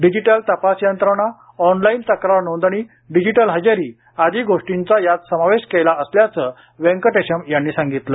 digital तपास यंत्रणा online तक्रार नोंदणी डिजिटल हजेरी आदी गोष्टींचा यात समावेश केला असल्याचं वेंकटेशम यांनी सांगितलं